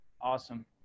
awesome